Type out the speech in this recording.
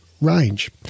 range